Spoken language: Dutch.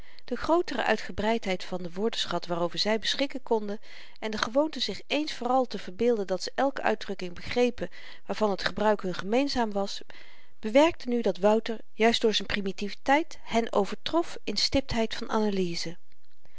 de grootere uitgebreidheid van den woordenschat waarover zy beschikken konden en de gewoonte zich eens vooral te verbeelden dat ze elke uitdrukking begrepen waarvan t gebruik hun gemeenzaam was bewerkte nu dat wouter juist dr z'n primitiviteit hen overtrof in stiptheid van analyze